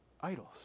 idols